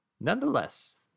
Nonetheless